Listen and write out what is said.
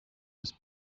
was